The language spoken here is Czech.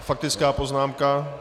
Faktická poznámka.